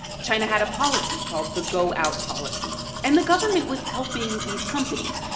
china had a policy called the go out policy, and the government was helping these companies.